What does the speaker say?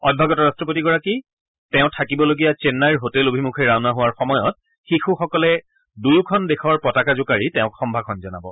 অভ্যাগত ৰাট্টপতিগৰাকী তেওঁ থাকিবলগীয়া চেন্নাইৰ হোটেল অভিমুখে ৰাওনা হোৱাৰ সময়ত শিশুসকলে দুয়োখন দেশৰ পতাকা জোকাৰি তেওঁক সম্ভাষণ জনাব